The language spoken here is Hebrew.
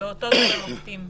באותות ובמופתים.